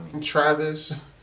Travis